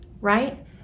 right